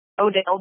Odell